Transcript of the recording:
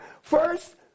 First